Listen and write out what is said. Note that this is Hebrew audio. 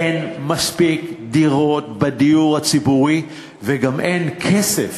אין מספיק דירות בדיור הציבורי וגם אין כסף